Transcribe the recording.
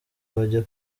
bajya